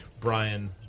Brian